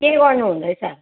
के गर्नु हुँदैछ